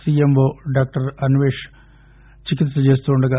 CMO doctor అస్వేష్ చికిత్ప చేస్తుండగా